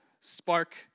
spark